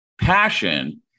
passion